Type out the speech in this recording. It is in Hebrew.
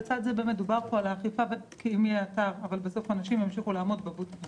דובר פה על זה שיהיה אתר אבל בסוף אנשים ימשיכו לעמוד בבודקה